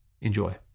Enjoy